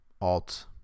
alt